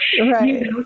Right